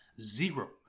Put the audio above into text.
Zero